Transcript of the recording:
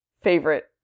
favorite